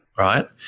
right